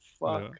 Fuck